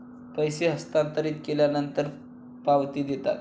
पैसे हस्तांतरित केल्यानंतर पावती देतात